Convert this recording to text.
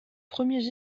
premiers